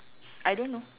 I don't know